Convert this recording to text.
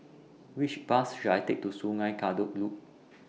Which Bus should I Take to Sungei Kadut Loop